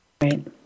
Right